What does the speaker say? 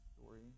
story